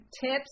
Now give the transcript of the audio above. tips